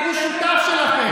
הוא שותף שלכם.